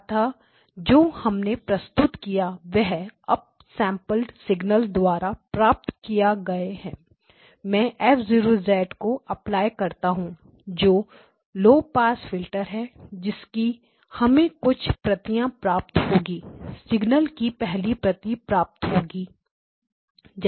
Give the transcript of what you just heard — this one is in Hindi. अतः जो हमने प्रस्तुत किया वह अप सैंपल्ड सिग्नल द्वारा प्राप्त किया गया है मैं F0 को अप्लाई करता हूं जो लो पास फिल्टर है जिसकी हमें कुछ प्रतियां प्राप्त होंगी सिग्नल की पहली प्रति प्राप्त होती है